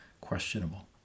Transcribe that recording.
questionable